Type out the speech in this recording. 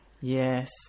Yes